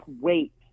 wait